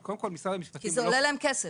כי זה עולה להם כסף.